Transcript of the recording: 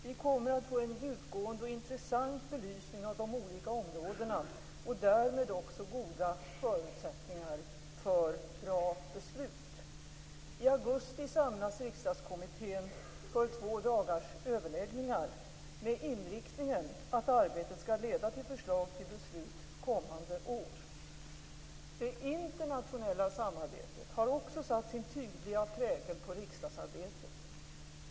Vi kommer att få en djupgående och intressant belysning av de olika områdena, och därmed också goda förutsättningar för bra beslut. I augusti samlas Riksdagskommittén för två dagars överläggningar, med inriktningen att arbetet skall leda till förslag till beslut kommande år. Det internationella samarbetet har också satt sin tydliga prägel på riksdagsarbetet.